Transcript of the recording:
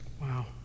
Wow